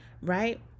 right